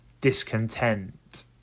discontent